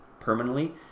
permanently